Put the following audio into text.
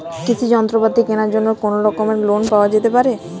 কৃষিযন্ত্রপাতি কেনার জন্য কোনোরকম লোন পাওয়া যেতে পারে?